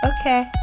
okay